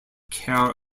care